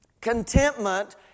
Contentment